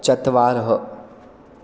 चत्वारः